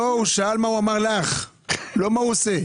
לא, הוא שאל מה הוא אמר לך, לא מה הוא עושה.